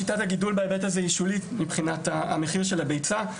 בהיבט הזה היא שולית מבחינת מחיר הביצה.